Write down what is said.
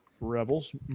Rebels